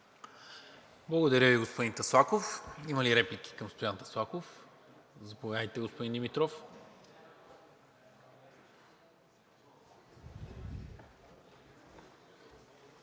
Благодаря Ви, господин Таслаков. Има ли реплики към Стоян Таслаков? Заповядайте, господин Димитров.